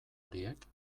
horiek